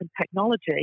technology